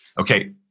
Okay